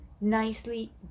nicely